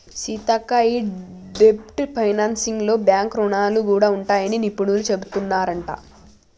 సీతక్క గీ డెబ్ట్ ఫైనాన్సింగ్ లో బాంక్ రుణాలు గూడా ఉంటాయని నిపుణులు సెబుతున్నారంట